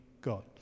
God